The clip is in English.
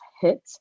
hit